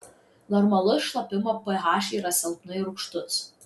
normalus šlapimo ph yra silpnai rūgštus